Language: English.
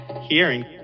hearing